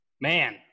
Man